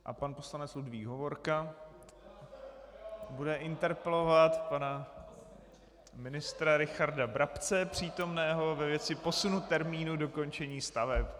A pan poslanec Ludvík Hovorka bude interpelovat pana ministra Richarda Brabce přítomného ve věci posunu termínu dokončení staveb.